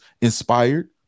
inspired